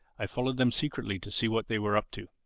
i followed them secretly to see what they were up to.